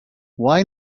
why